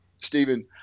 Stephen